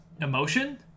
emotion